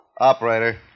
Operator